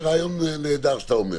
זה רעיון נהדר שאתה אומר.